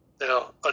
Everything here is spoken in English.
Now